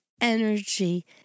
energy